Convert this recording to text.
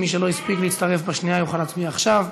מי שלא הספיק להצטרף בשנייה יוכל להצביע עכשיו.